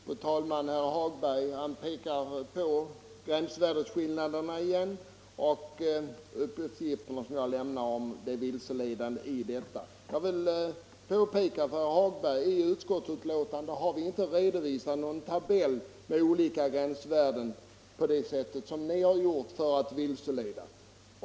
Fru talman! Herr Hagberg i Borlänge pekar återigen på gränsvärdesskillnaderna trots de uppgifter som jag lämnat om det vilseledande häri. Jag vill framhålla för herr Hagberg att vi i utskottsbetänkandet inte har redovisat någon tabell med gränsvärden, på det sätt som ni har gjort för att vilseleda.